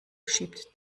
schiebt